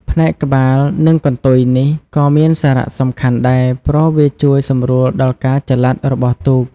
ផ្នែកក្បាលនិងកន្ទុយនេះក៏មានសារៈសំខាន់ដែរ ព្រោះវាជួយសម្រួលដល់ការចល័តរបស់ទូក។